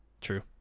True